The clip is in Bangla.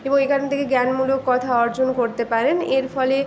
এবং এখান থেকে জ্ঞানমূলক কথা অর্জন করতে পারেন এর ফলে